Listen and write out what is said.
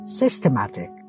systematic